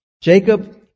Jacob